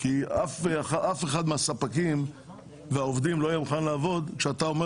כי אף אחד מהספקים והעובדים לא יהיה מוכן לעבוד כשאתה אומר